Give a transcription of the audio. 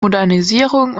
modernisierung